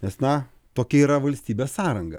nes na tokia yra valstybės sąranga